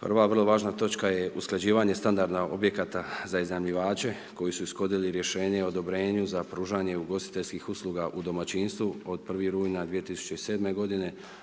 prva vrlo važna točka je usklađivanje standarda objekata za iznajmljivače koji su ishodili Rješenje o odobrenju za pružanje ugostiteljskih usluga u domaćinstvu od 1. rujna 2007. godine sukladno